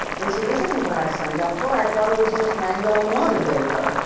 they say this isn't what i signed up for. i thought it was just mango and water vapor.